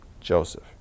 Joseph